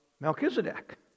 Melchizedek